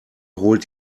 holt